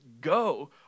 go